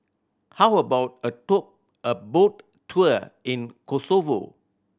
how about a boat a boat tour in Kosovo